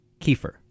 kefir